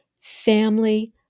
family